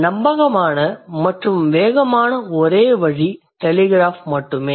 நம்பகமான மற்றும் வேகமான ஒரே வழி டெலிகிராஃப் மட்டுமே